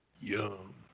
Yum